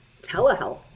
telehealth